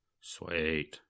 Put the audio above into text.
Sweet